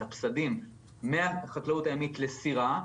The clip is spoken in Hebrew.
את הפסדים מהחקלאות הימית לסירה,